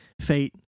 fate